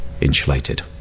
insulated